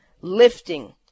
lifting